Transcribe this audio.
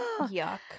Yuck